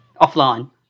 offline